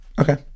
Okay